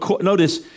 notice